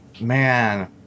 man